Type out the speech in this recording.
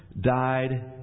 died